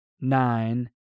nine